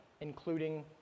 including